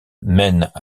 mènent